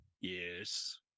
Yes